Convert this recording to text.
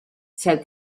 said